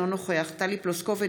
אינו נוכח טלי פלוסקוב,